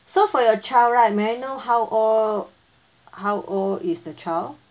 so for your child right may I know how old how old is the child